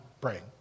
praying